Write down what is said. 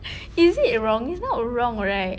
is it wrong it's not wrong right